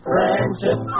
Friendship